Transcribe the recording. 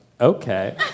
okay